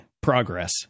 Progress